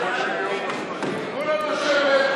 כולם לשבת.